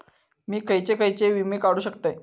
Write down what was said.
मी खयचे खयचे विमे काढू शकतय?